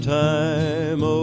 time